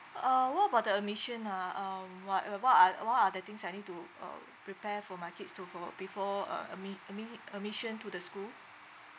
uh what about the admission ah um what uh what are what are the things I need to uh prepare for my kids to for before uh admi~ admi~ admission to the school